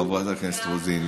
חברת הכנסת רוזין,